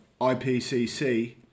IPCC